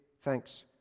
thanks